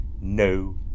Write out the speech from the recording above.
No